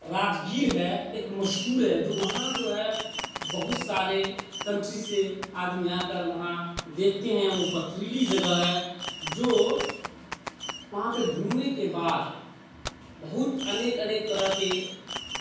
راجگیر ہے ایک مشہور ہے جو وہاں جو ہے بہت سارے کنٹری سے آدمی آ کر وہاں دیکھتے ہیں وہ پتھریلی جگہ ہے جو وہاں پہ گھومنے کے بعد بہت انیک انیک طرح کے